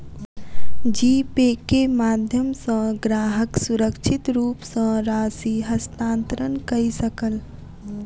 जी पे के माध्यम सॅ ग्राहक सुरक्षित रूप सॅ राशि हस्तांतरण कय सकल